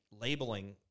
labeling